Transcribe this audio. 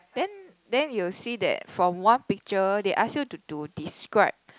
then then you'll see that from one picture they ask you to to describe